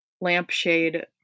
lampshade